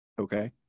okay